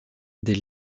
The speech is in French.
des